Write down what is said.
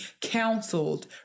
counseled